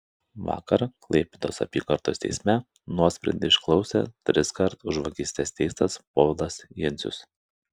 vakar klaipėdos apygardos teisme nuosprendį išklausė triskart už vagystes teistas povilas jencius